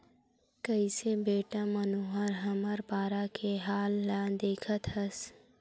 कइसे बेटा मनोहर हमर पारा के हाल ल देखत हस